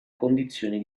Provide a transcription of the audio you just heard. condizioni